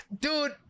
dude